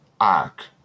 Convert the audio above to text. ARC